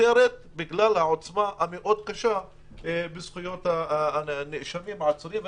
מיותרת בגלל העוצמה המאוד קשה בזכויות הנאשמים והעצורים.